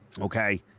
Okay